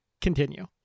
continue